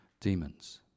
demons